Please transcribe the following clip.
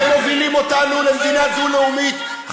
אתם מובילים אותנו למדינה דו-לאומית.